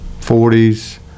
40s